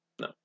No